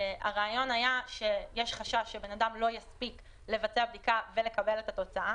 הרעיון היה שיש חשש שבן אדם לא יספיק לבצע בדיקה ולקבל את התוצאה,